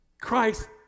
Christ